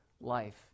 life